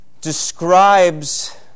describes